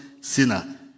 sinner